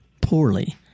poorly